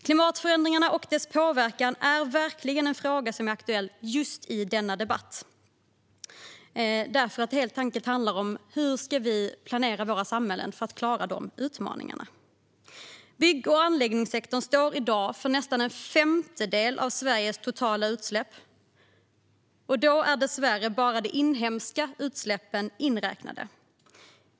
Klimatförändringarna och deras påverkan är verkligen en fråga som är aktuell i denna debatt eftersom det handlar om hur vi ska planera våra samhällen för att klara denna utmaning. Bygg och anläggningssektorn står i dag för nästan en femtedel av Sveriges totala utsläpp, och då är dessvärre bara de inhemska utsläppen inräknade.